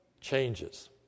changes